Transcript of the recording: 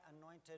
anointed